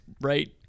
right